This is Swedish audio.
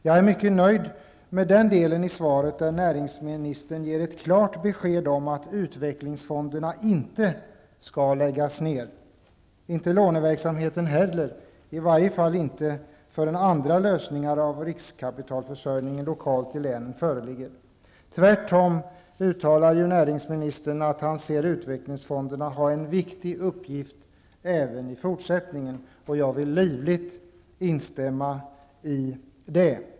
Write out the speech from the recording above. Jag är mycket nöjd med den del av svaret där näringsministern ger ett klart besked om att utvecklingsfonderna inte skall läggas ner, inte deras låneverksamhet heller, i varje fall inte förrän andra lösningar för riskkapitalförsörjning lokalt i länen föreligger. Tvärtom uttalar näringsministern att han ser att utvecklingsfonderna kommer att ha en viktig uppgift även i fortsättningen. Det vill jag livligt instämma i.